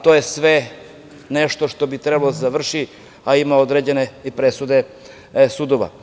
To je nešto što bi trebalo da se završi, a ima određene presude od sudova.